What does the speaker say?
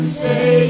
say